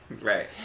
Right